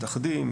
מתאחדים,